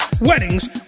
weddings